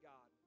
God